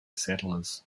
settlers